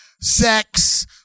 sex